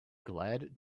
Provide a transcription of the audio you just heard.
glad